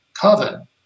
coven